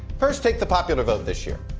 first take the popular vote this year.